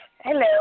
Hello